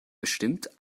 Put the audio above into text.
bestimmt